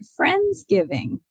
friendsgiving